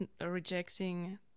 rejecting